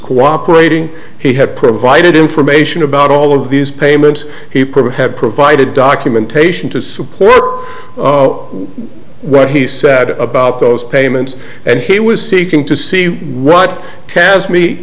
cooperating he had provided information about all of these payments he probably had provided documentation to support what he said about those payments and he was seeking to see what cast me